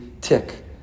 tick